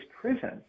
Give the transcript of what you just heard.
prison